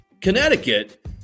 Connecticut